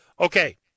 Okay